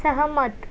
सहमत